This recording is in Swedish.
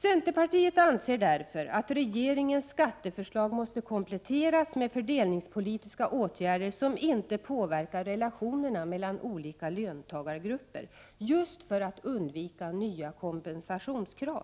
Centerpartiet anser därför att regeringens skatteförslag måste kompletteras med fördelningspolitiska åtgärder som inte påverkar relationerna mellan olika löntagargrupper, just för att undvika nya kompensationskrav.